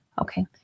Okay